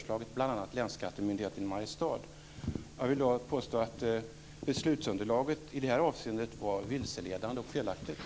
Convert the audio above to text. Det gällde då bl.a. länsskattemyndigheten i Mariestad. Jag vill påstå att beslutsunderlaget i det här avseendet var vilseledande och felaktigt.